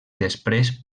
després